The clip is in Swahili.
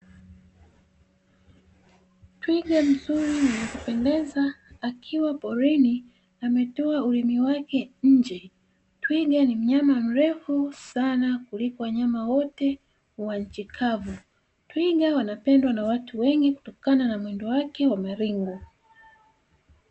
Twiga mzuri na wa kupendeza akiwa porini, ametoa ulimi wake nje. Twiga ni mnyama mrefu sana kuliko wanyama wote wa nchi kavu. Twiga wanapendwa na watu wengi kutokana na mwendo wake wa maringo.